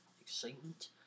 excitement